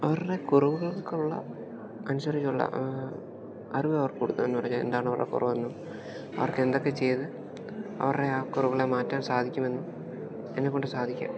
അവരുടെ കുറവുകൾക്കുള്ള അനുസരിച്ചുള്ള അറിവവർക്ക് കൊടുക്കാമെന്ന് പറഞ്ഞാൽ എന്താണവരുടെ കുറവെന്നും അവർക്ക് എന്തൊക്കെ ചെയ്ത് അവരുടെയാ കുറവുകളെ മാറ്റാൻ സാധിക്കുമെന്നും എന്നെക്കൊണ്ട് സാധിക്കും